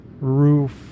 roof